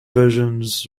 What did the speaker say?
versions